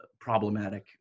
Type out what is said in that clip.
problematic